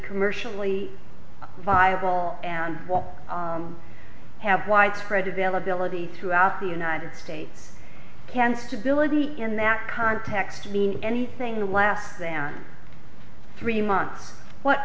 commercially viable and have widespread availability throughout the united states can stability in that context mean anything less than three months what